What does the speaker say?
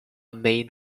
mane